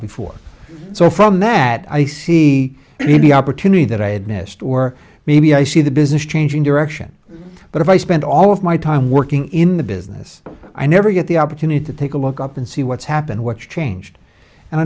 before so from that i see the opportunity that i had missed or maybe i see the business changing direction but if i spend all of my time working in the business i never get the opportunity to take a look up and see what's happened what's changed and